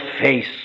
face